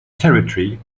territory